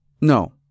No